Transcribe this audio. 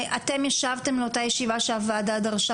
אתם ישבתם באותה ישיבה שהוועדה דרשה